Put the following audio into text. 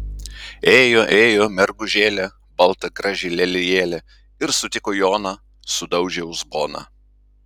ėjo ėjo mergužėlė balta graži lelijėlė ir sutiko joną sudaužė uzboną